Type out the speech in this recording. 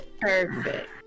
perfect